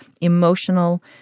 Emotional